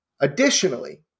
Additionally